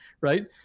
right